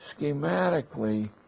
schematically